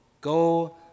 go